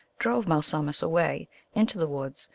drove malsumsis away into the woods,